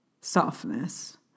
softness